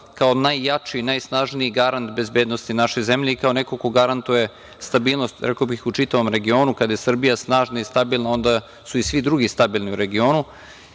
kao najjači i najsnažniji garant bezbednosti naše zemlje i kao neko ko garantuje stabilnost, rekao bih u čitavom regionu, kada je Srbija snažna i stabilna, onda su i svi drugi stabilni u regionu. Mi